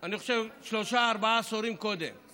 אני חושב, שלושה-ארבעה עשורים קודם לכן.